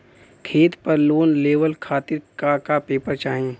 खेत पर लोन लेवल खातिर का का पेपर चाही?